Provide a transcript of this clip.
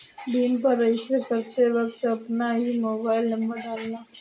भीम पर रजिस्टर करते वक्त अपना ही मोबाईल नंबर डालना